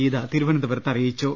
ഗീത തിരുവനന്തപു രത്ത് അറിയിച്ചു